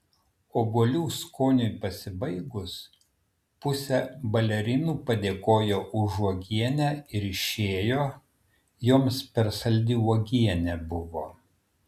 obuolių skoniui pasibaigus pusė balerinų padėkojo už uogienę ir išėjo joms per saldi uogienė buvo